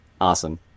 awesome